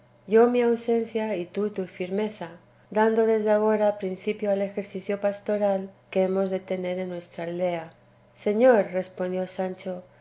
yo mi ausencia y tú tu firmeza dando desde agora principio al ejercicio pastoral que hemos de tener en nuestra aldea señor respondió sancho